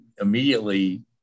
immediately